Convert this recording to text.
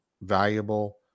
valuable